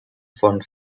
von